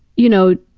you know,